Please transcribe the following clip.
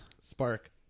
Spark